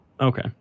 Okay